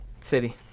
City